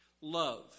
love